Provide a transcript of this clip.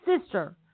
sister